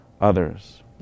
others